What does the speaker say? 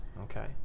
Okay